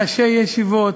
ראשי הישיבות,